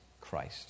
Christ